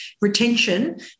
retention